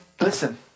Listen